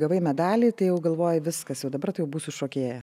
gavai medalį tai jau galvoji viskas jau dabar tai jau būsiu šokėja